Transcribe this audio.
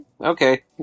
okay